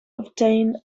obtained